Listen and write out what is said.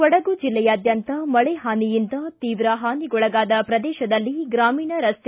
ಕೊಡಗು ಜಿಲ್ಲೆಯಾದ್ಯಂತ ಮಳೆ ಹಾನಿಯಿಂದ ತೀವ್ರ ಪಾನಿಗೊಳಗಾದ ಪ್ರದೇಶದಲ್ಲಿ ಗ್ರಾಮೀಣ ರಸ್ತೆ